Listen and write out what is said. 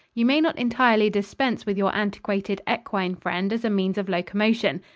you may not entirely dispense with your antiquated equine friend as a means of locomotion.